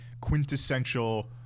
quintessential